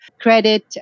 credit